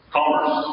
Commerce